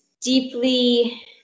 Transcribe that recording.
deeply